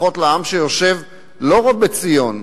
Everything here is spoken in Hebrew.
לפחות לעם שיושב לא בציון,